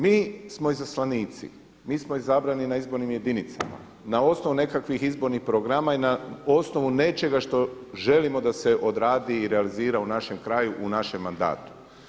Mi smo izaslanici, mi smo izabrani na izbornim jedinicama, na osnovu nekakvim izbornih programa i na osnovu nečega što želimo da se odradi i realizira u našem kraju u našem mandatu.